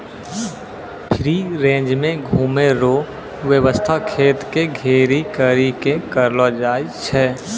free range मे घुमै रो वेवस्था खेत के घेरी करी के करलो जाय छै